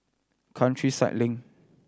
Countryside Link